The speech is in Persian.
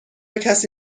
کسی